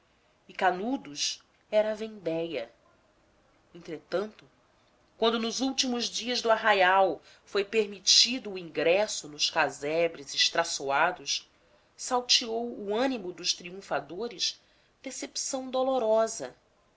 e canudos era a vendéia entretanto quando nos últimos dias do arraial foi permitido ingresso nos casebres estraçoados salteou o ânimo dos triunfadores decepção dolorosa